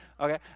Okay